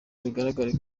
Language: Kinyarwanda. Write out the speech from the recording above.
bigaragare